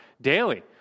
daily